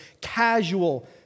casual